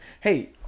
Hey